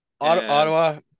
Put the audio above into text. Ottawa